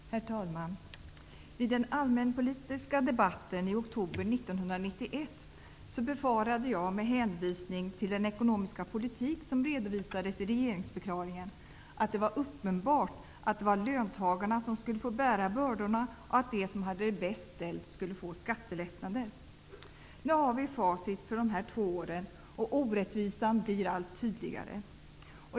Herr talman! Vid den allmänpolitiska debatten i oktober 1991 befarade jag, med hänvisning till den ekonomiska politik som redovisades i regeringsförklaringen att ''det var uppenbart att det var löntagarna som skulle få bära bördorna och att de som hade det bäst skulle få skattelättnader''. Nu har vi facit för dessa två år och kan konstatera att orättvisan blir allt tydligare.